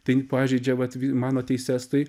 tai pažeidžia vat mano teises tai